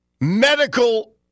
medical